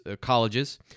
colleges